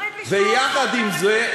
זה פשוט מחריד לשמוע אותו אומר את זה,